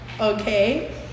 okay